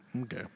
Okay